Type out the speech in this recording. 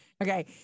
okay